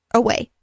away